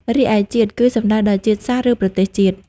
រីឯ «ជាតិ» គឺសំដៅដល់ជាតិសាសន៍ ឬប្រទេសជាតិ។